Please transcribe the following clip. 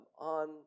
on